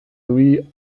luis